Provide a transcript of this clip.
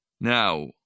Now